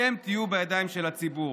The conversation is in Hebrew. אתם תהיו בידיים של הציבור,